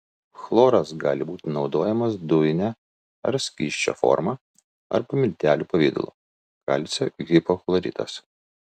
chloras gali būti naudojamas dujine ar skysčio forma arba miltelių pavidalu kalcio hipochloritas